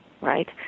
right